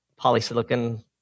polysilicon